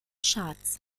charts